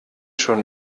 schon